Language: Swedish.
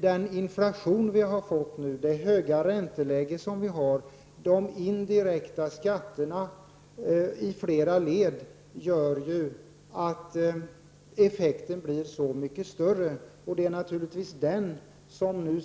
Den inflation vi nu fått, det höga ränteläge som vi har och de indirekta skatterna i flera led gör att effekten blir så mycket större. Det är naturligtvis den som nu